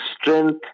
strength